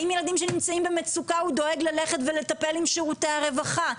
האם ילדים הנמצאים במצוקה הוא דואג ללכת ולטפל עם שירותי הרווחה?